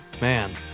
Man